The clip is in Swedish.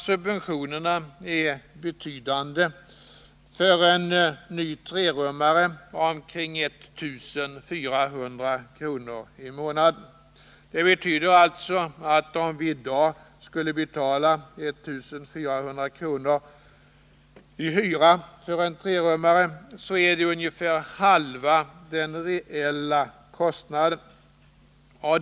Subventionerna är betydande — för en ny trerummare omkring 1 400 kr. i månaden. Det betyder alltså att om någon i dag skulle betala 1400 kr. i hyra för en trerummare, så är det ungefär halva den reella kostnaden.